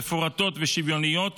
מפורטות ושוויוניות